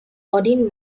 odin